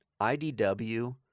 IDW